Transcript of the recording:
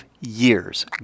years